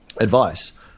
advice